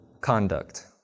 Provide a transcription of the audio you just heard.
conduct